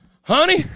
Honey